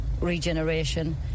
regeneration